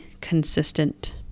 consistent